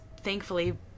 Thankfully